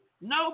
No